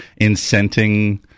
incenting